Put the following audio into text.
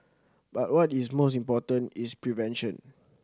but what is most important is prevention